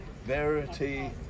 verity